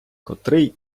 котрий